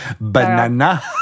Banana